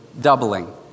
doubling